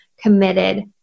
committed